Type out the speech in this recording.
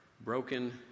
broken